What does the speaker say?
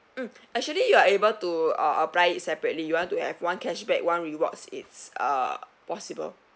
mm actually you are able to uh apply it separately you want to have one cashback one rewards it's uh possible